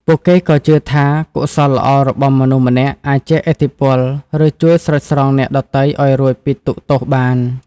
ពួកគេក៏ជឿថា កុសលល្អរបស់មនុស្សម្នាក់អាចជះឥទ្ធិពល ឬជួយស្រោចស្រង់អ្នកដទៃឱ្យរួចពីទុក្ខទោសបាន។